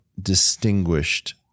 distinguished